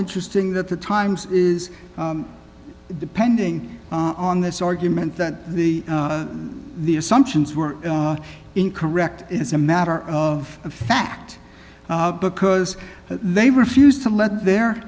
interesting that the times is depending on this argument that the the assumptions were incorrect is a matter of fact because they refused to let their